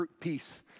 peace